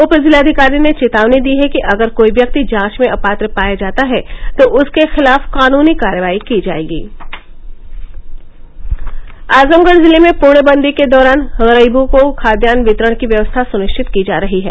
उप जिलाधिकारी ने चेतावनी दी है कि अगर कोई व्यक्ति जांच में अपात्र पाया जाता है तो उसके खिलाफ काननी कार्रवाई की जायेगी आजमगढ़ जिले में पूर्णबंदी के दौरान गरीबों को खाद्यान्न वितरण की व्यवस्था सुनिश्चित की जा रही है